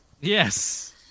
Yes